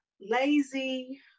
Lazy